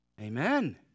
Amen